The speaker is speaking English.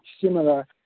similar